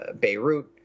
Beirut